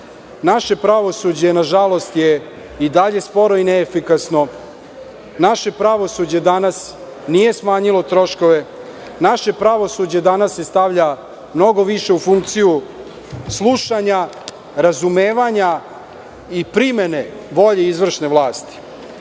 naše pravosuđe je nažalost i dalje sporo i neefikasno. Naše pravosuđe danas nije smanjilo troškove. Naše pravosuđe danas se stavlja mnogo više u funkciju slušanja, razumevanja i primene bolje izvršne vlasti.